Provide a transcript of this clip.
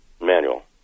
manual